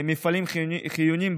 מפעלים חיוניים,